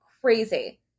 crazy